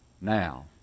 now